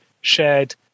shared